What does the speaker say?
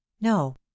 no